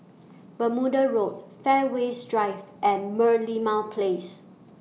Bermuda Road Fairways Drive and Merlimau Place